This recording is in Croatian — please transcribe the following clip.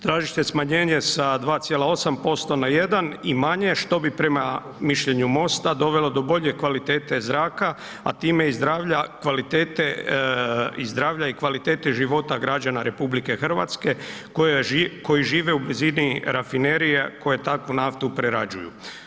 Traži se smanjenje sa 2,8 na 1 i manje što bi prema mišljenju MOST-a dovelo do bolje kvalitete zraka, a time i zdravlja kvalitete i zdravlja i kvalitete života građana RH, koji žive u blizini rafinerije koji takvu naftu prerađuju.